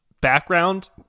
background